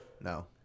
No